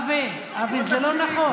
אבי, זה לא נכון.